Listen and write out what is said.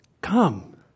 come